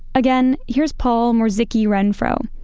again here's paul mokrzycki-renfro,